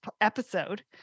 episode